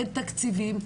אין תקציבים.